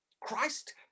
Christ